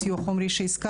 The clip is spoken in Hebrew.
יש לנו סיוע חומרי שהזכרתי,